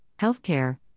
Healthcare